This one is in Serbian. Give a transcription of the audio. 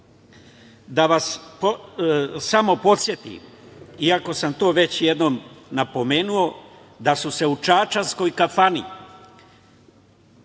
vas samo podsetim, iako sam to već jednom napomenuo, da su se u čačanskoj kafani